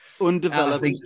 undeveloped